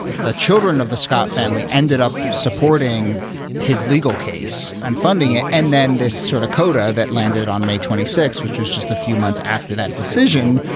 the children of the scott family ended up supporting his legal case and funding it. and then this sort of coda that landed on may twenty six, which was just a few months after that decision.